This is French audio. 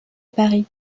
paris